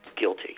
guilty